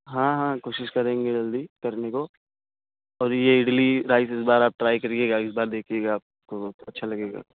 ہاں ہاں کوشش کریں گے جلدی کرنے کو اور یہ اڈلی رائس اس بار آپ ٹرائی کریے گا اس بار دیکھیے گا آپ کو اچھا لگے گا